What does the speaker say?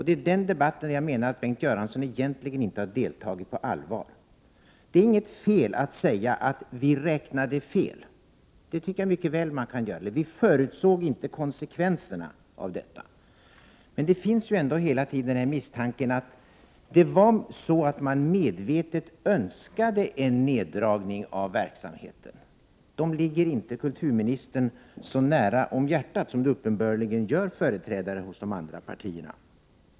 Det är i den debatten jag menar att Bengt Göransson egentligen inte har deltagit på allvar. Det är inget fel att säga: ”Vi räknade fel. Vi förutsåg inte konsekvenserna av detta.” Det tycker jag mycket väl att man kan göra. Men hela tiden finns ändå misstanken att man medvetet önskade en neddragning av verksamheten. Den ligger inte kulturministern så nära om hjärtat som den uppenbarligen gör för företrädare för de andra partierna.